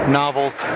novels